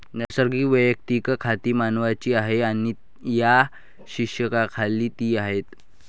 नैसर्गिक वैयक्तिक खाती मानवांची आहेत आणि या शीर्षकाखाली ती आहेत